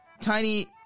tiny